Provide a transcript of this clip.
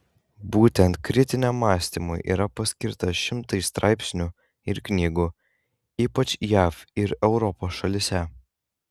būtent kritiniam mąstymui yra paskirta šimtai straipsnių ir knygų ypač jav ir europos šalyse